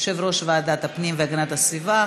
יושב-ראש ועדת הפנים והגנת הסביבה,